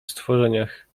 stworzeniach